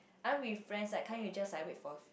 aren't we friends like can't you just like wait for